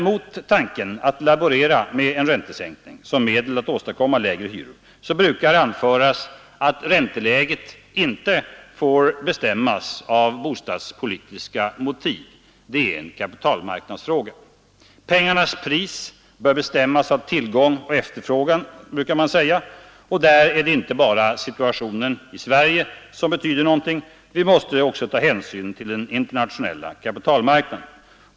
Mot tanken att laborera med en räntesänkning som medel att åstadkomma lägre hyror brukar anföras att ränteläget inte får bestämmas av bostadspolitiska motiv; det är en kapitalmarknadsfråga. Pengarnas ”pris” bör bestämmas av tillgång och efterfrågan, brukar man säga. Och där är det inte bara situationen i Sverige som betyder något, vi måste också ta hänsyn till den internationella kapitalmarknaden.